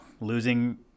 losing